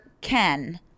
Ken